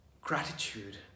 gratitude